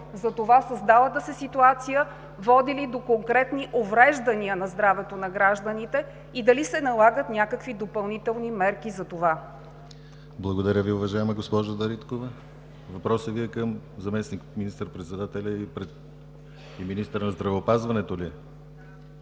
за това създалата се ситуация води ли до конкретни увреждания на здравето на гражданите и дали се налагат някакви допълнителни мерки за това? ПРЕДСЕДАТЕЛ ДИМИТЪР ГЛАВЧЕВ: Благодаря Ви, уважаема госпожо Дариткова. Въпросът Ви е към заместник министър-председателя и министър на здравеопазването?